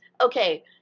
okay